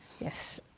Yes